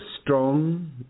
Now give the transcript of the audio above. strong